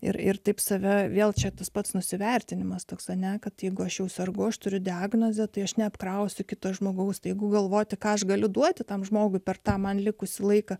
ir ir taip save vėl čia tas pats nusivertinimas toks ane kad jeigu aš jau sergu aš turiu diagnozę tai aš neapkrausiu kitos žmogaus staiga galvoti ką aš galiu duoti tam žmogui per tą man likusį laiką